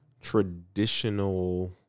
traditional